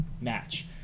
match